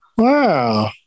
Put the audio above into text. Wow